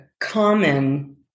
common